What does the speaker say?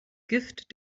gift